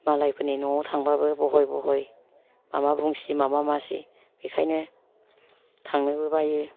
मालायफोरनि न'आव थांबाबो बहय बहय माबा बुंसि माबा मासि बेखायनो थांनोबो बायो